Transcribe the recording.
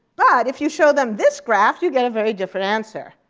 but if you show them this graph, you get a very different answer.